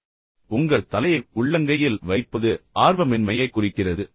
எனவே உங்கள் கையை உள்ளங்கையில் வைப்பது ஆர்வமின்மையைக் குறிக்கிறது